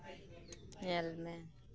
ᱧᱮᱞ ᱢᱮ